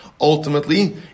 ultimately